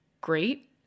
great